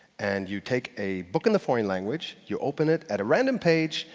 and you take a book in the foreign language, you open it at a random page,